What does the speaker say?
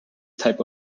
type